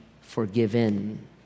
forgiven